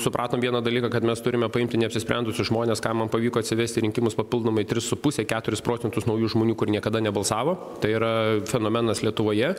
supratom vieną dalyką kad mes turime paimti neapsisprendusius žmones ką man pavyko atsivesti į rinkimus papildomai tris su puse keturis procentus naujų žmonių kur niekada nebalsavo tai yra fenomenas lietuvoje